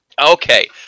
Okay